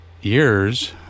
years